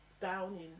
downing